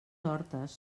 hortes